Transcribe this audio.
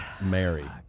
Mary